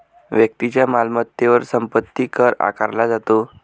व्यक्तीच्या मालमत्तेवर संपत्ती कर आकारला जातो